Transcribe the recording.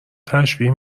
تشبیه